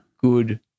good